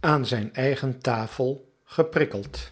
aan zijn eigen tafel geprikkeld